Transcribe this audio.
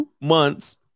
months